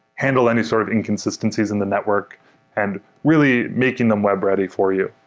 handle any sort of inconsistencies in the network and really making them web ready for you.